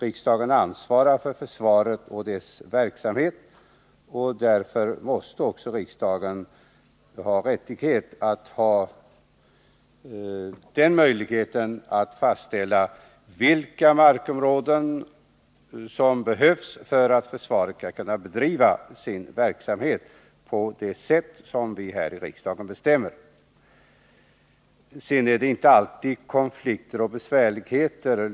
Riksdagen ansvarar för försvaret och dess verksamhet, och därför måste också riksdagen kunna fastställa vilka markområden som behövs för att försvaret skall kunna bedriva sin verksamhet på det sätt som riksdagen bestämmer. Det är inte alltid konflikter och svårigheter.